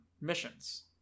missions